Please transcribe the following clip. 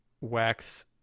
wax